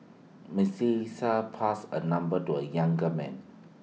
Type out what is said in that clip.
Melissa passed A number to A younger man